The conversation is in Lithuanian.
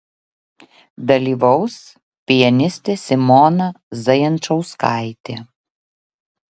dalyvaus pianistė simona zajančauskaitė